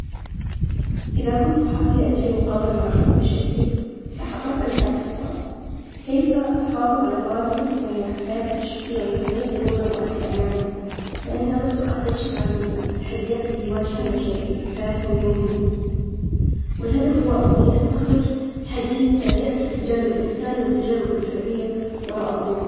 إذا كنت صحفية، أجري مقابلة مع أحد المشاهير، راح أطرح عليه هذا السؤال، كيف تحافظ على توازنك بين حياتك الشخصية والمهنية في ظل الضغط الإعلامي؟ لأن هذا السؤال يكشف عن التحديات اللي يواجهها المشاهير في حياتهم اليومية. والهدف هو إني أستخرج حديث يعكس الجانب الإنساني والتجارب الفعلية وراء الأضواء.